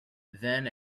then